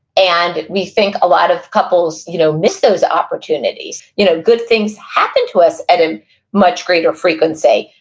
and we think a lot of couples, you know, miss those opportunities. you know, good things happen to us at a much greater frequency,